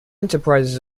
enterprises